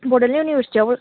Bodoland इउनिभार्सिटिआवबो